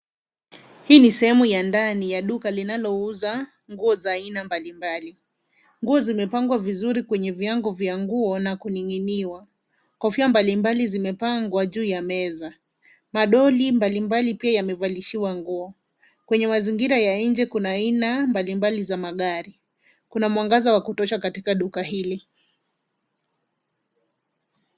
Hii ni sehemu ya ndani ya duka inayouza nguo za aina mbalimbali. Nguo zimepangwa vizuri kwenye vyango vya nguo na kuning'iniwa. Kofia mbalimbali zimepangwa juu ya meza, madoli mbalimbali pia yamevalishiwa nguo. Kwenye mazingira ya nje kuna aina mbalimbali za magari, kuna mwangaza wa kutosha katika duka hili.